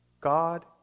God